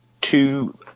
two